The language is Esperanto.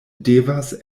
devas